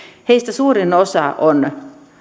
suurin osa on